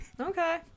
Okay